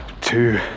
two